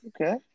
Okay